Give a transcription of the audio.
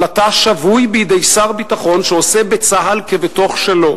אבל אתה שבוי בידי שר ביטחון שעושה בצה"ל כבתוך שלו.